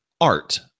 art